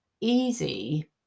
easy